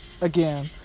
again